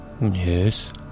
Yes